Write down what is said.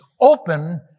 open